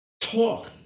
Talk